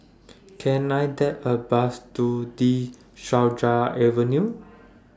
Can I Take A Bus to De Souza Avenue